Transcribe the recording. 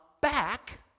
back